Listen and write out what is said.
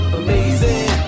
amazing